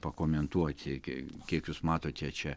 pakomentuoti iki kiek jūs matote čia